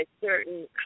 certain